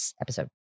episode